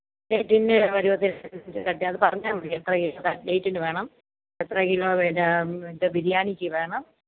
പരുവത്തില് cut ചെയ്യാം അത് പറഞ്ഞാൽ മതി എത്ര കിലോ കട്ട്ലേറ്റിന് വേണം എത്ര കിലോ ബിരിയാണിക്ക് വേണം